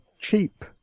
cheap